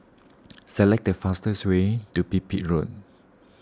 select the fastest way to Pipit Road